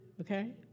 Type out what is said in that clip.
okay